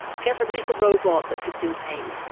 get or make a robot that could feel pain?